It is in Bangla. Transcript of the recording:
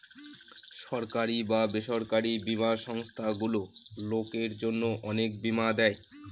সরকারি বা বেসরকারি বীমা সংস্থারগুলো লোকের জন্য অনেক বীমা দেয়